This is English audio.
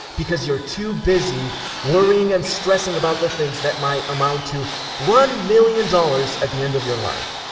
because you're too busy worrying and stressing about the things that might amount to one million dollars at the end of your life.